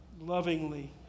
lovingly